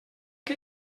que